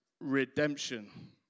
Redemption